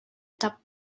ṭap